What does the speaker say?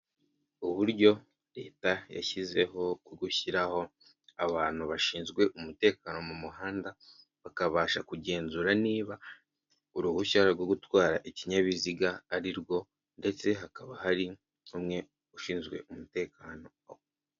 Uburyo leta yashyizeho gushyiraho abantu bashinzwe umutekano mu muhanda bakabasha kugenzura niba uruhushya rwo gutwara ikinyabiziga ari rwo ndetse hakaba hari umwe ushinzwe umutekano.